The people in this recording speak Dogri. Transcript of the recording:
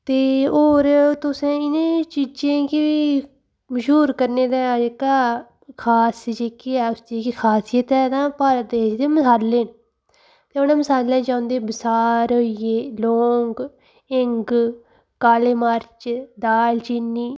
ते होर तुसें इ'नें चीजें गी मशहूर करने दा जेह्का खास जेह्की ऐ खासियत ऐ तां ओह् भारत देश दे मसाले ते जेह्ड़े मसाले होइये बसार होइये लौंग हिंग काले मर्च दाल चीनी